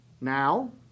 Now